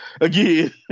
again